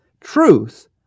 Truth